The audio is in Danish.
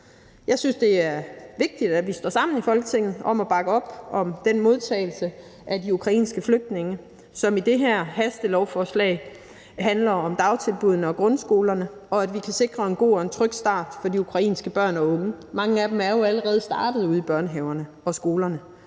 Jeg synes, det er vigtigt, at vi står sammen i Folketinget om at bakke op om den modtagelse af de ukrainske flygtninge, som i de her hastelovforslag handler om dagtilbuddene og grundskolerne, at vi kan sikre en god og en tryg start for de ukrainske børn og unge – mange af dem er jo allerede startet ude i børnehaverne og på skolerne